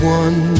one